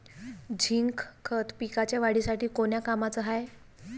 Zinc खत पिकाच्या वाढीसाठी कोन्या कामाचं हाये?